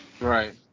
Right